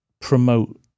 promote